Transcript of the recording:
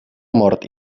mort